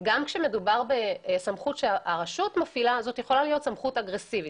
שגם כשמדובר בסמכות שהרשות מפעילה זאת יכולה להיות סמכות אגרסיבית.